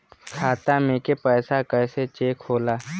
खाता में के पैसा कैसे चेक होला?